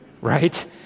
right